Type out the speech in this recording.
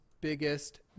biggest